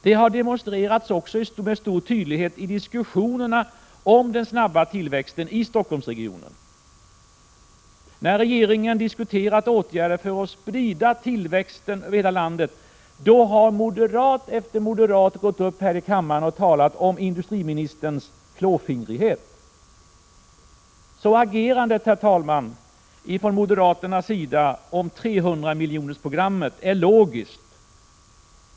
Det har också med stor tydlighet demonstrerats i diskussionerna om den snabba tillväxten i Stockholmsregionen. När regeringen diskuterat åtgärder för att sprida tillväxten över hela landet har moderat efter moderat gått upp här i kammaren och talat om industriministerns klåfingrighet. Agerandet från moderaternas sida när det gäller 300-miljonersprogrammet är logiskt, herr talman.